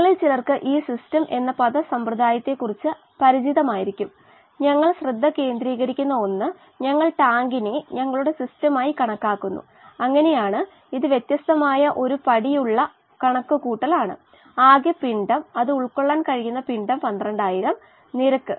പല എയ്റോബിക് ബാക്ടീരിയകളും നന്നായി വളരാൻ 50 ശതമാനത്തിനു മുകളിൽ DO ആവശ്യമാണ് വ്യത്യസ്ത ജീവികളുടെ വളർച്ചയും ഉൽപ്പാദനക്ഷമതയും സംബന്ധിച്ച അസംഖ്യം പഠനങ്ങൾ നടന്നിട്ടുണ്ട്